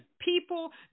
people